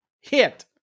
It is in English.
hit